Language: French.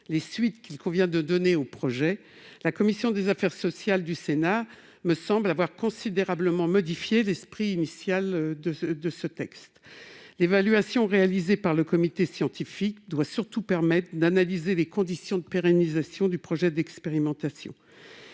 des suites qu'il convient de donner au projet, la commission des affaires sociales du Sénat me semble avoir considérablement dévoyé l'esprit initial du texte. L'évaluation réalisée par le comité scientifique doit surtout permettre d'analyser les conditions de pérennisation du projet d'expérimentation.